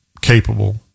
capable